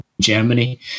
Germany